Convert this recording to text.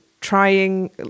Trying